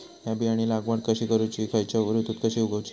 हया बियाची लागवड कशी करूची खैयच्य ऋतुत कशी उगउची?